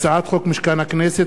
הצעת חוק משכן הכנסת,